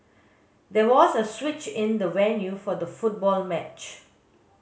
there was a switch in the venue for the football match